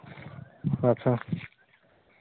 ᱟᱪᱪᱷᱟ ᱟᱪᱪᱷᱟ